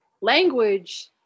language